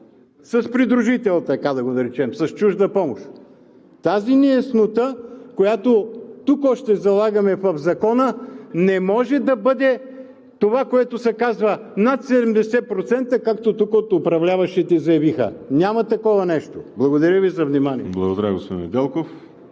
с придружител, така да го наречем, с чужда помощ. Тази неяснота, която залагаме още тук в Закона, не може да бъде това, което се казва: „над 70%“, както заявиха от управляващите. Няма такова нещо! Благодаря Ви за вниманието.